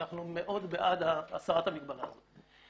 אנחנו מאוד בעד הסרת המגבלה הזאת.